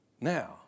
Now